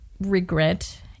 regret